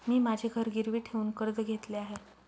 मी माझे घर गिरवी ठेवून कर्ज घेतले आहे